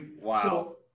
Wow